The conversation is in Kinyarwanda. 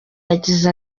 yagize